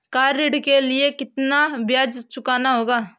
Car ऋण के लिए कितना ब्याज चुकाना होगा?